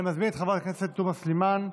של חברת הכנסת עאידה תומא סלימאן.